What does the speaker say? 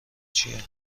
چیه